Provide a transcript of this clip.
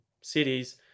cities